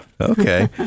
Okay